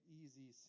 easy